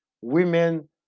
Women